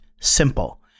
simple